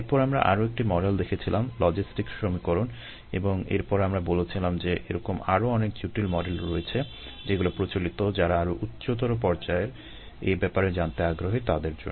এরপর আমরা আরো একটি মডেল দেখেছিলাম লজিস্টিক সমীকরণ এবং এরপর আমরা বলেছিলাম যে এরকম আরো অনেক জটিল মডেল রয়েছে যেগুলো প্রচলিত যারা আরো উচ্চতর পর্যায়ে এ ব্যাপারে জানতে আগ্রহী তাদের জন্য